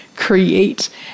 create